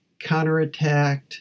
counterattacked